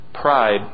pride